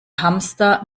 hamster